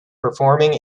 performing